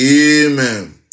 Amen